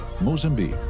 Mozambique